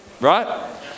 right